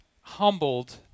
humbled